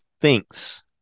thinks